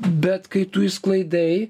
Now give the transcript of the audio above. bet kai tu išsklaidai